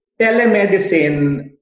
telemedicine